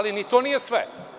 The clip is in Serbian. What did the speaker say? Ni to nije sve.